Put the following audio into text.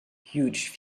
huge